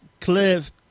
Cliff